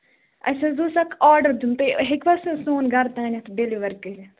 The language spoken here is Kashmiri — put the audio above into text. اَسہِ حظ اوس اکھ آرڈر دیُن تُہۍ ہٮ۪کَوا سُہ سوٚن گرٕ تانم ڈیلِوَر کٔرِتھ